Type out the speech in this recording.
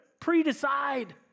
pre-decide